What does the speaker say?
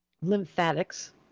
lymphatics